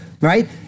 right